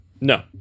No